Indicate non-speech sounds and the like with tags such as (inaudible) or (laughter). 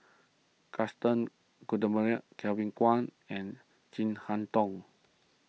Gaston (unintelligible) Kevin Kwan and Chin Harn Tong